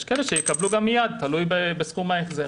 יש כאלה שיקבלו גם מיד, תלוי בסכום ההחזר.